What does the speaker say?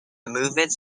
movements